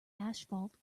asphalt